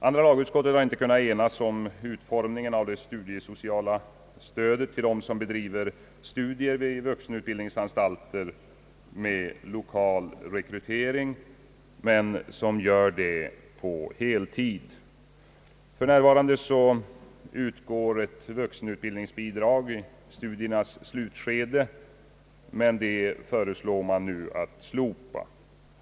Andra lagutskottet har inte kunnat enas om utformningen av det studiesociala stödet till dem som bedriver studier vid vuxenutbildningsanstalter med lokal rekrytering men som gör det på heltid. För närvarande utgår ett vuxenutbildningsbidrag i studiernas slutskede, men det föreslår man nu skall slopas.